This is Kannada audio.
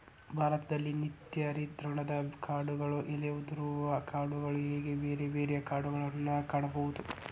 ಭಾರತದಲ್ಲಿ ನಿತ್ಯ ಹರಿದ್ವರ್ಣದ ಕಾಡುಗಳು ಎಲೆ ಉದುರುವ ಕಾಡುಗಳು ಹೇಗೆ ಬೇರೆ ಬೇರೆ ಕಾಡುಗಳನ್ನಾ ಕಾಣಬಹುದು